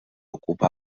ocupa